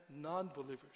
non-believers